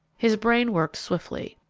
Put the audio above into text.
his brain worked swiftly.